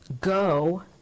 go